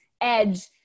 edge